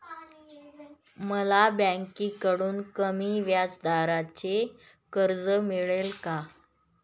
मला बँकेकडून कमी व्याजदराचे कर्ज मिळेल का?